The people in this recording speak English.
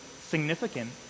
significant